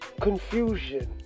confusion